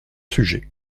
sujets